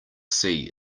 sea